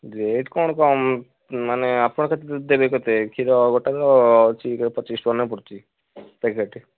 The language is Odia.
ରେଟ୍ କ'ଣ କମ୍ ମାନେ ଆପଣ କେତେ ଦେବେ କେତେ କ୍ଷୀର ଗୋଟାକ ଅଛି ପଚିଶ ଟଙ୍କା ଲେଖାଁ ପଡ଼ୁଛି ପ୍ୟାକେଟ